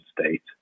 state